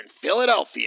Philadelphia